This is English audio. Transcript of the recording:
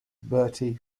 bertie